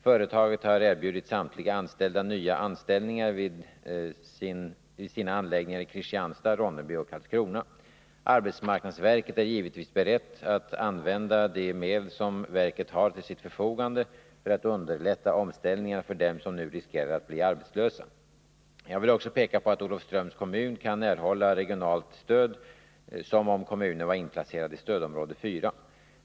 Företaget har erbjudit samtliga anställda nya anställningar vid sina anläggningar i Kristianstad, Ronneby och Karlskrona. Arbetsmarknadsverket är givetvis berett att använda de medel som verket har till sitt förfogande för att underlätta omställningarna för dem som nu riskerar att bli arbetslösa. 185 10 Riksdagens protokoll 1981/82:25-28 Jag vill också peka på att Olofströms kommun kan erhålla regionalt stöd som om kommunen var inplacerad i stödområde 4.